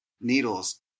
needles